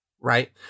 right